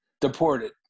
Deported